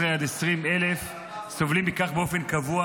20,000-15,000 סובלים מכך באופן קבוע,